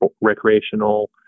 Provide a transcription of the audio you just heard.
recreational